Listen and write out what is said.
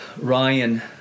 Ryan